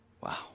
Wow